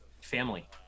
family